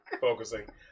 focusing